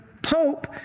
pope